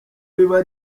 riba